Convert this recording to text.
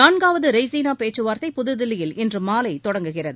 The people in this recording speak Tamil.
நான்காவது ரெய்சீனா பேச்சுவார்த்தை புதுதில்லியில் இன்றுமாலை தொடங்குகிறது